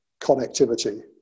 connectivity